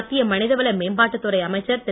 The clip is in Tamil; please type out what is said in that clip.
மத்திய மனிதவள மேம்பாட்டுத் துறை அமைச்சர் திரு